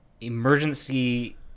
emergency